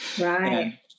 Right